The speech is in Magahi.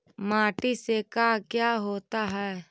माटी से का क्या होता है?